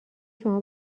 شما